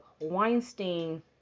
Weinstein